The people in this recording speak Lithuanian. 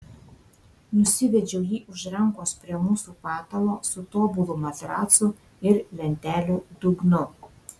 nusivedžiau jį už rankos prie mūsų patalo su tobulu matracu ir lentelių dugnu